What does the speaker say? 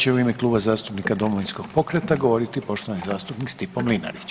Sada će u ime Kluba zastupnika Domovinskog pokreta govoriti poštovani zastupnik Stipo Mlinarić.